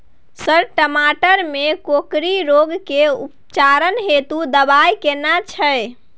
Sir टमाटर में कोकरि रोग के उपचार हेतु दवाई केना छैय?